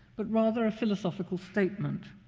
but rather a philosophical statement.